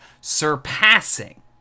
Surpassing